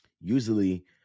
usually